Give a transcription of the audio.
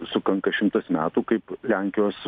sukanka šimtas metų kaip lenkijos